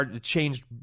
changed